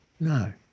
No